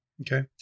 Okay